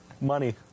Money